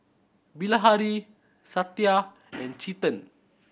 Bilahari Satya and Chetan